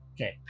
Okay